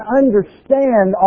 understand